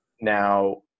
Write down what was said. Now